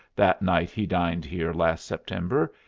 that night he dined here last september.